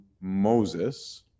Moses